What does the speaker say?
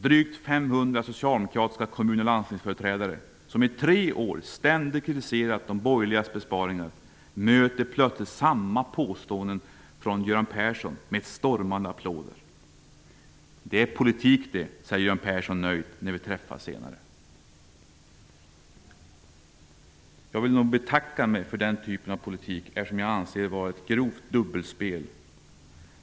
Drygt 500 socialdemokratiska kommun och landstingsföreträdare, som i tre år ständigt kritiserat de borgerligas besparingar, möter plötsligt samma påståenden från Göran Persson med stormande applåder. -- Det är politik det, säger Göran Persson nöjt, när vi träffas senare på eftermiddagen.'' Jag vill betacka mig för den typen av politik. Jag anser att det är ett grovt dubbelspel.